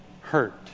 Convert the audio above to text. hurt